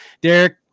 Derek